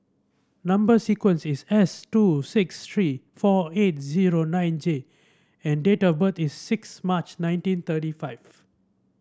number sequence is S two six three four eight zero nine J and date of birth is six March nineteen thirty five